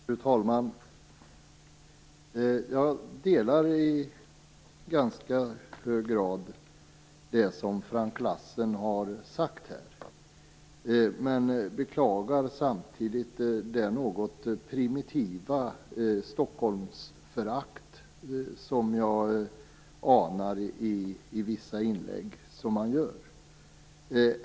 Fru talman! Jag delar i ganska hög grad den uppfattning som Frank Lassen här har uttryckt. Men jag beklagar samtidigt det något primitiva Stockholmsförakt som jag anar i vissa inlägg han gör.